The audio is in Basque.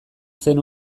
zen